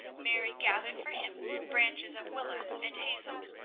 mary gathered for him branches of willow and hazel,